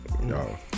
no